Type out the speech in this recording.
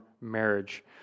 marriage